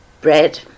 Bread